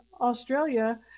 Australia